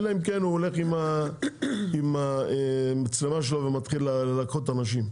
אלא אם כן הוא הולך עם המצלמה שלו ומתחיל להכות אנשים,